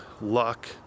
luck